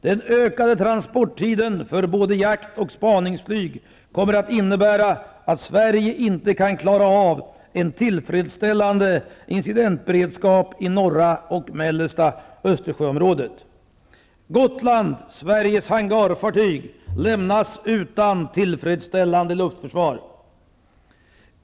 Den ökade transporttiden för både jakt och spaningsflyg kommer att innebära att Sverige inte kan klara av en tillfredsställande incidentberedskap i norra och mellersta Östersjöområdet. ''Gotland'', Sveriges hangarfartyg, lämnas utan tillfredsställande luftförsvar.